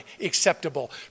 acceptable